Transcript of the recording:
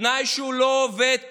בתנאי שהוא לא עובד טוב.